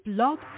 Blog